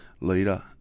leader